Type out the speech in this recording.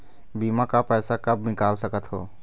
बीमा का पैसा कब निकाल सकत हो?